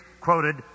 quoted